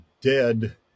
dead